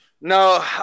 No